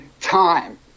time